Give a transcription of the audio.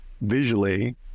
visually